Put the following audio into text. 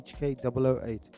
HK008